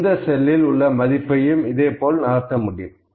எந்த செல்லில் உள்ள மதிப்பையும் இதேபோல் நகர்த்த முடியும்